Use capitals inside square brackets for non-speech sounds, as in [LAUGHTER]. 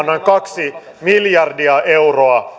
[UNINTELLIGIBLE] noin kaksi miljardia euroa